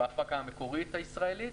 בהפקה המקורית הישראלית.